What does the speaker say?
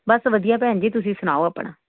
ਬਸ ਵਧੀਆ ਭੈਣ ਜੀ ਤੁਸੀਂ ਸੁਣਾਓ ਆਪਣਾ